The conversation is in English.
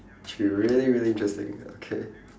should be really really interesting okay